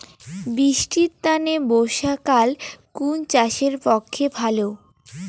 বৃষ্টির তানে বর্ষাকাল কুন চাষের পক্ষে ভালো?